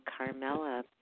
Carmella